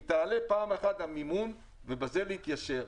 היא תעלה פעם אחת, המימון, ובזה להתיישר.